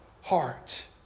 heart